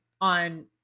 on